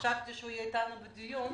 חשבתי שהוא יהיה איתנו בדיון.